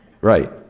Right